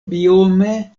biome